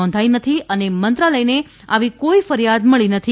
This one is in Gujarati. નોંધાઇ નથી અને મંત્રાલયને આવી કોઇ ફરિયાદ મળી નથી